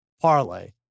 parlay